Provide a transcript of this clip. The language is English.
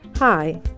Hi